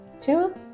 two